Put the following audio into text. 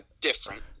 different